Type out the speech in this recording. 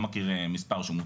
לא מכיר מספר שהוא מותג,